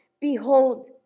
Behold